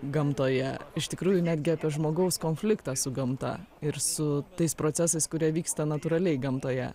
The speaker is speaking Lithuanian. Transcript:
gamtoje iš tikrųjų netgi apie žmogaus konfliktą su gamta ir su tais procesais kurie vyksta natūraliai gamtoje